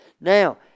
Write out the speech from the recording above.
Now